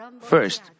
First